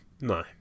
no